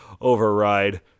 override